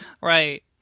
right